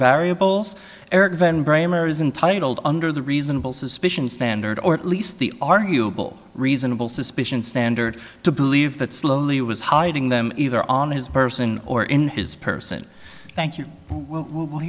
isn't titled under the reasonable suspicion standard or at least the arguable reasonable suspicion standard to believe that slowly was hiding them either on his person or in his person thank you